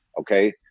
okay